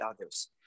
others